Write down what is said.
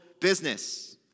business